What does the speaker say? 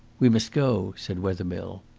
we must go, said wethermill.